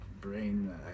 brain